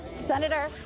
Senator